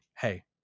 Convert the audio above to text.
hey